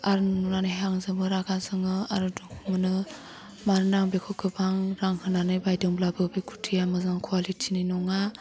आर नुनानैहाय आं जोबोर रागा जोङो आरो दुखु मोनो मानोना आं बेखौ गोबां रां होनानै बायदोंब्लाबो बे कुर्तिया मोजां कवालिटिनि नङा